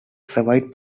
several